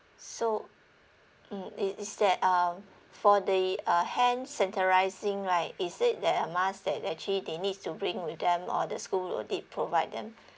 so mm is is that um for the uh hand sanitising right is it like a mask that actually they need to bring with them or the school will did provide them